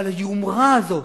אבל היומרה הזאת: